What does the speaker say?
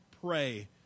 pray